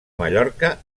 mallorca